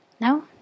No